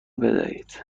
بدهید